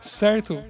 certo